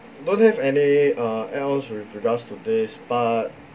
don't have any uh else with regards to this but